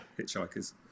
Hitchhikers